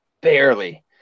barely